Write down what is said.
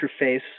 interface